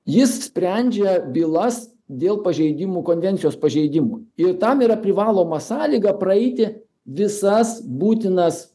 jis sprendžia bylas dėl pažeidimų konvencijos pažeidimų ir tam yra privaloma sąlyga praeiti visas būtinas